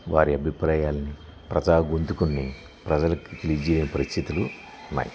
వారి అభిప్రాయాలని ప్రజా గొంతుకలని ప్రజలకు తెలియజేయలేని పరిస్థితులు ఉన్నాయి